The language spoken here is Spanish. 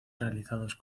realizados